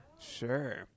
sure